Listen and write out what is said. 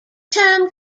term